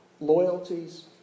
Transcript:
loyalties